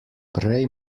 prej